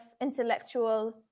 intellectual